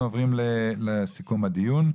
אנחנו עוברים לסיכום הדיון,